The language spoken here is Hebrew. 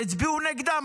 שהצביעו נגדה,